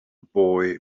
boy